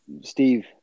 Steve